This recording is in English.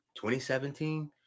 2017